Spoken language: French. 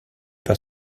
par